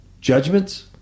judgments